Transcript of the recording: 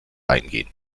eingehen